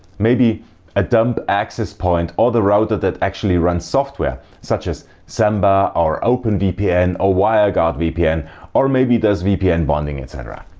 maybe a dumb access point or the router that actually runs software such as samba or openvpn or ah wireguard vpn or maybe does vpn bonding etc.